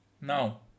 Now